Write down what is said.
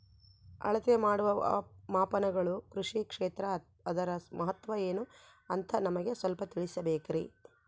ಅಳತೆ ಮಾಡುವ ಮಾಪನಗಳು ಕೃಷಿ ಕ್ಷೇತ್ರ ಅದರ ಮಹತ್ವ ಏನು ಅಂತ ನಮಗೆ ಸ್ವಲ್ಪ ತಿಳಿಸಬೇಕ್ರಿ?